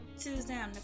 Tuesday